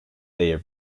they